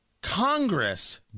congress